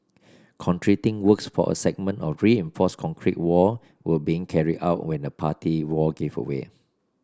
concreting works for a segment of reinforced concrete wall were being carried out when the party wall gave way